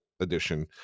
edition